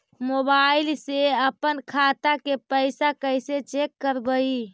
Mobile से अपन खाता के पैसा कैसे चेक करबई?